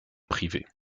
privées